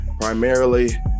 primarily